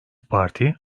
parti